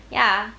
ya